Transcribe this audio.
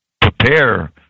prepare